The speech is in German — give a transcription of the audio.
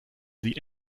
sie